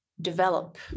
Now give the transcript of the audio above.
develop